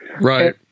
Right